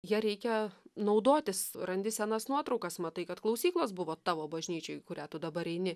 ja reikia naudotis randi senas nuotraukas matai kad klausyklos buvo tavo bažnyčioj į kurią tu dabar eini